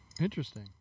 Interesting